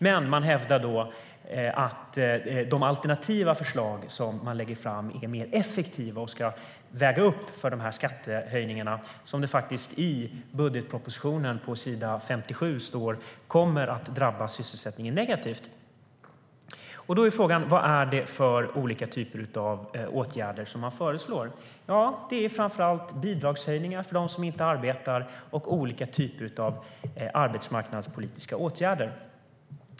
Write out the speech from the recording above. Men man hävdar att de alternativa förslag som man lägger fram är mer effektiva och ska uppväga de skattehöjningar som enligt s. 57 i budgetpropositionen kommer att drabba sysselsättningen negativt. Då är frågan: Vad är det för olika typer av åtgärder regeringen föreslår? Det är framför allt bidragshöjningar för dem som inte arbetar och olika typer av arbetsmarknadspolitiska åtgärder.